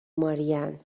مارین